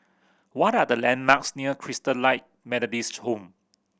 what are the landmarks near Christalite Methodist Home